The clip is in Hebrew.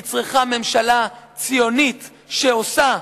היא צריכה ממשלה ציונית שעושה,